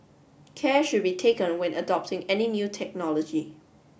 care should be taken when adopting any new technology